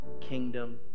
kingdom